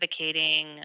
advocating